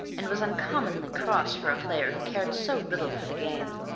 and was uncommonly cross for a player who cared so little for the game.